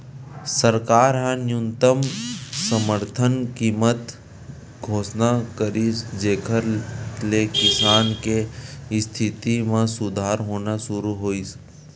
सरकार ह न्यूनतम समरथन कीमत घोसना करिस जेखर ले किसान के इस्थिति म सुधार होना सुरू होइस